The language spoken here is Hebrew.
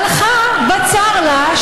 הלכה בצר לה,